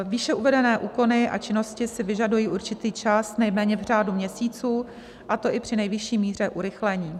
Výše uvedené úkony a činnosti si vyžadují určitý čas nejméně v řádu měsíců, a to i při nejvyšší míře urychlení.